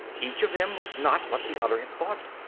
each of them was not what the other had thought.